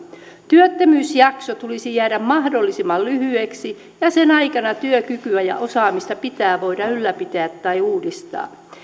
työttömyysjakson tulisi jäädä mahdollisimman lyhyeksi ja sen aikana työkykyä ja osaamista pitää voida ylläpitää tai uudistaa